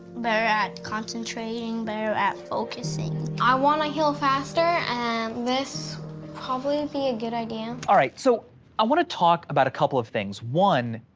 better at concentrating, better at focusing. i wanna heal faster, and this probably be good idea. all right, so i wanna talk about a couple of things. one,